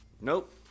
Nope